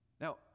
Now